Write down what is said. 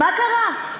מה קרה?